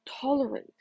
Tolerate